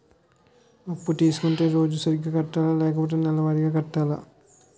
అప్పు తీసుకుంటే రోజువారిగా కట్టాలా? లేకపోతే నెలవారీగా కట్టాలా?